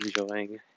enjoying